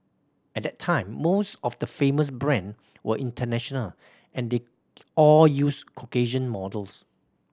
at that time most of the famous brand were international and they all used Caucasian models